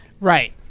Right